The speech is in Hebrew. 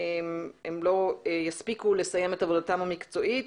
הם לא יספיקו לסיים את עבודתם המקצועית